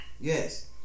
Yes